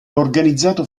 organizzato